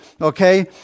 Okay